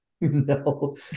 No